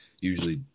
usually